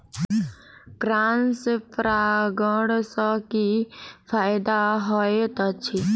Cross परागण सँ की फायदा हएत अछि?